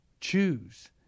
choose